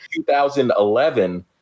2011